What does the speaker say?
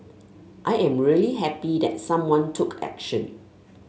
I am really happy that someone took action